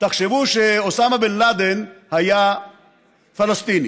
תחשבו שאוסאמה בן לאדן היה פלסטיני